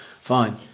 Fine